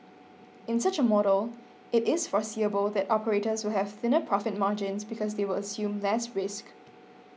in such a model it is foreseeable that operators will have thinner profit margins because they will assume less risk